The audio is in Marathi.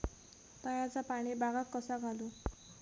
तळ्याचा पाणी बागाक कसा घालू?